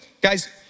Guys